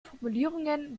formulierungen